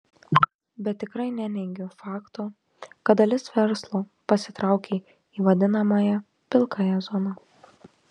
bet tikrai neneigiu fakto kad dalis verslo pasitraukė į vadinamąją pilkąją zoną